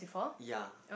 ya